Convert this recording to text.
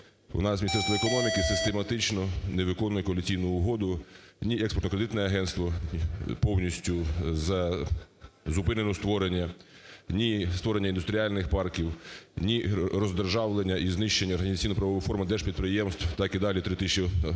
У нас Міністерство економіки систематично не виконує коаліційну угоду, ні Експортно-кредитне агентство, повністю зупинено створення. Ні створення індустріальних парків, ні роздержавлення і знищення організаційно-правової форми держпідприємств. Так і далі 3 тисячі